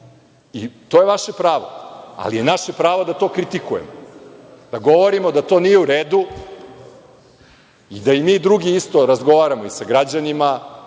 i to je vaše pravo, ali je naše pravo da to kritikujemo, da govorimo da to nije u redu i da mi drugi isto razgovaramo i sa građanima